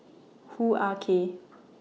Hoo Ah Kay